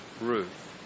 Ruth